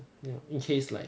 you know in case like